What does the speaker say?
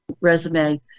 resume